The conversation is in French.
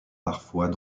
parfois